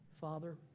Father